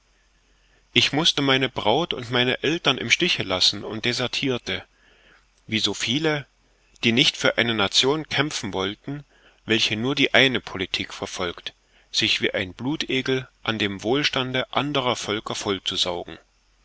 ich mußte meine braut und meine eltern im stiche lassen und desertirte wie so viele die nicht für eine nation kämpfen wollten welche nur die eine politik verfolgt sich wie ein blutegel an dem wohlstande anderer völker vollzusaugen